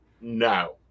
no